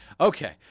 Okay